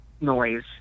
noise